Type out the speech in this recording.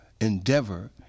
endeavor